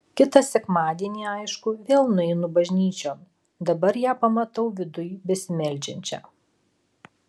kitą sekmadienį aišku vėl nueinu bažnyčion dabar ją pamatau viduj besimeldžiančią